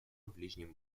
ближнем